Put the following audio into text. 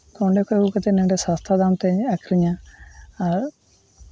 ᱛᱚ ᱚᱸᱰᱮ ᱠᱷᱚᱱ ᱟᱹᱜᱩ ᱠᱟᱛᱮᱫ ᱱᱚᱸᱰᱮ ᱥᱚᱥᱛᱟ ᱫᱟᱢᱛᱮᱧ ᱟᱹᱠᱷᱨᱤᱧᱟ ᱟᱨ